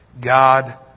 God